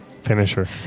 Finisher